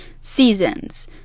seasons